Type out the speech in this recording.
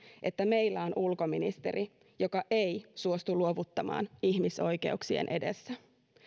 että meillä on ulkoministeri joka ei suostu luovuttamaan ihmisoikeuksien edessä